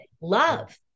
love